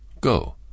Go